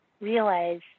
realize